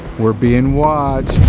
we're being watched.